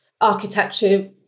architecture